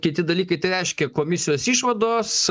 kiti dalykai tai reiškia komisijos išvados